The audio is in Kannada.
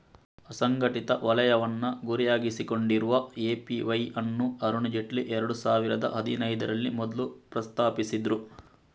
ಅಸಂಘಟಿತ ವಲಯವನ್ನ ಗುರಿಯಾಗಿಸಿಕೊಂಡಿರುವ ಎ.ಪಿ.ವೈ ಅನ್ನು ಅರುಣ್ ಜೇಟ್ಲಿ ಎರಡು ಸಾವಿರದ ಹದಿನೈದರಲ್ಲಿ ಮೊದ್ಲು ಪ್ರಸ್ತಾಪಿಸಿದ್ರು